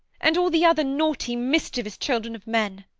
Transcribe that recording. and all the other naughty mischievous children of men.